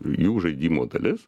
jų žaidimo dalis